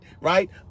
right